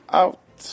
out